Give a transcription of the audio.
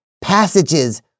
passages